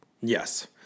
Yes